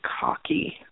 cocky